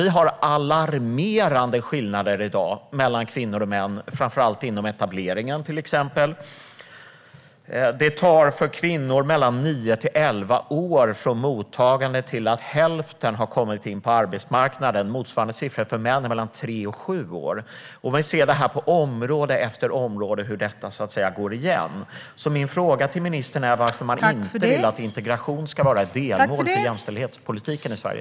Vi har alarmerande skillnader mellan kvinnor och män i dag, framför allt inom till exempel etableringen. Det tar för kvinnor mellan nio och elva år från mottagande innan hälften har kommit in på arbetsmarknaden. Motsvarande siffra för män är tre till sju år. Vi ser på område efter område hur detta går igen. Min fråga till ministern är varför man inte vill att integration ska vara ett delmål för jämställdhetspolitiken i Sverige.